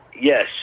yes